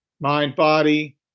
mind-body